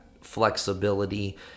flexibility